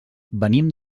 venim